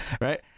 right